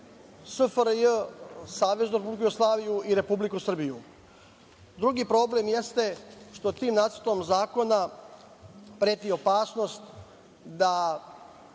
SFRJ, Saveznu Republike Jugoslaviju i Republiku Srbiju. Drugi problem jeste što tim nacrtom zakona preti opasnost da